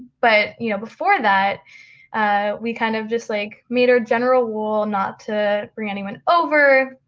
but you know, before that we kind of just like made a general rule not to bring anyone over.